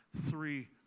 three